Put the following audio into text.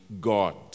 God